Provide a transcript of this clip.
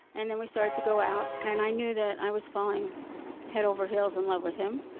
and and we started to go out. and i knew that i was falling head over heels in love with him.